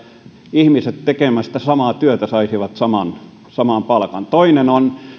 ihmiset jotka tekevät samaa työtä saisivat saman saman palkan toinen on